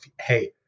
hey